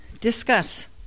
discuss